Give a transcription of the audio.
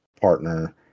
partner